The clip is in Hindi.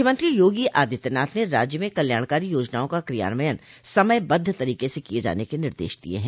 मुख्यमंत्री योगी आदित्यनाथ ने राज्य में कल्याणकारी योजनाओं का कियान्वयन समयबद्ध तरीके से किये जाने के निर्देश दिये हैं